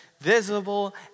visible